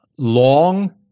long